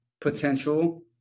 potential